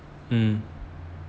mm